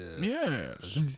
Yes